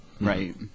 Right